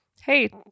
hey